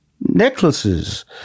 necklaces